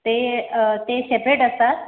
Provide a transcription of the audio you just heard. ते ते सेपरेट असतात